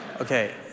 Okay